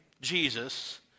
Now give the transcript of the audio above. Jesus